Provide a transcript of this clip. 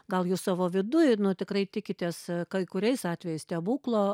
gal jūs savo viduj nu tikrai tikitės kai kuriais atvejais stebuklo